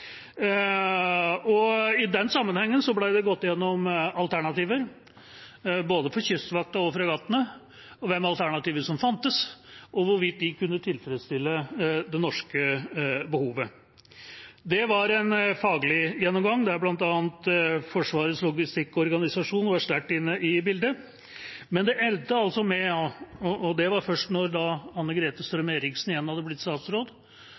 I den sammenhengen ble det gått gjennom alternativer for både Kystvakten og fregattene, hvilke alternativer som fantes, og hvorvidt de kunne tilfredsstille det norske behovet. Det var en faglig gjennomgang der bl.a. Forsvarets logistikkorganisasjon, FLO, var sterkt inne i bildet, men det endte altså med – og det var først da Anne-Grete Strøm-Erichsen igjen hadde blitt statsråd